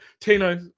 Tino